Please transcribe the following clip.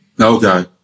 Okay